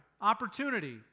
opportunity